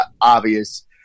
obvious